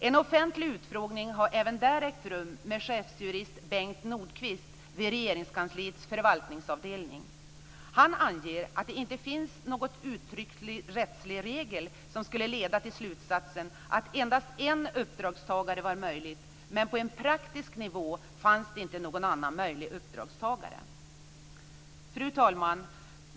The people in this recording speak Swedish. En offentlig utfrågning har även där ägt rum med chefsjurist Bengt Nordqvist vid Regeringskansliets förvaltningsavdelning. Han anger att det inte finns någon uttrycklig rättslig regel som skulle leda till slutsatsen att endast en uppdragstagare var möjlig, men på en praktisk nivå fanns inte någon annan möjlig uppdragstagare. Fru talman!